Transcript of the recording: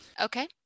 okay